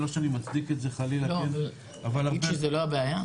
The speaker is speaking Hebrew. לא שאני מצדיק את זה חלילה --- אבל אומרים שזאת לא הבעיה.